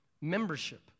membership